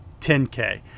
10K